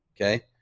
Okay